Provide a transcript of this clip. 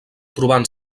trobant